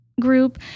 group